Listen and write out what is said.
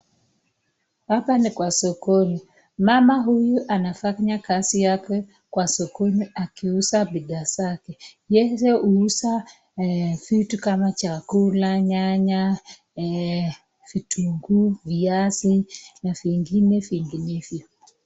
Hapa ni Kwa sokoni mama huyu anafanya kazi zake Kwa sokoni akiuza bidhaa zake, yeye uzaa vitu kama chakula, nyanya vitunguu viazi na vingine vinginevyo.